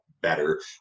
better